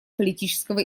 политического